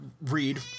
read